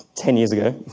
ten years ago,